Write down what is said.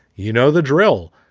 you know the drill.